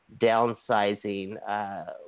downsizing